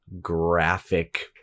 graphic